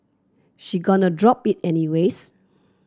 she gonna drop it any ways